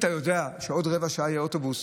אתה יודע שבעוד רבע שעה יהיה אוטובוס,